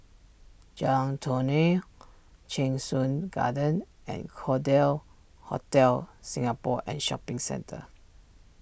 Jalan Tony Cheng Soon Garden and call deal Hotel Singapore and Shopping Centre